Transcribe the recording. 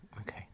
Okay